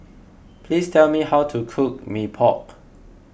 please tell me how to cook Mee Pok